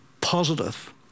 positive